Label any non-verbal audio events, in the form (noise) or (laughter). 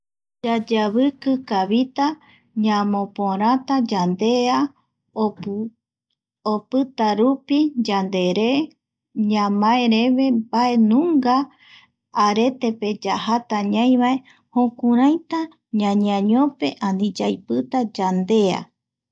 Yayeaviki kavita, ñamoporata yandea opi (hesitation) opitarupi yandere ñamae reve mbae nunga aretepe ra yajata ñaivae jukuraita ñañeañope ani yaipita yandea